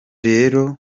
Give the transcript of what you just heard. rero